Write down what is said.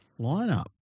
lineup